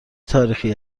تاریخی